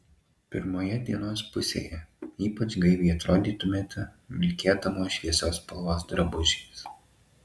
pirmoje dienos pusėje ypač gaiviai atrodytumėte vilkėdamos šviesios spalvos drabužiais